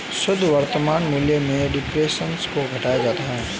शुद्ध वर्तमान मूल्य में डेप्रिसिएशन को घटाया जाता है